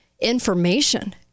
information